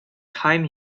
time